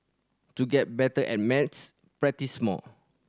to get better at maths practise more